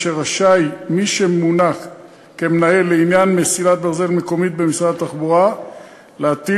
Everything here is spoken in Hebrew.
אשר רשאי מי שמונה כמנהל לעניין מסילת ברזל מקומית במשרד התחבורה להטיל